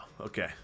Okay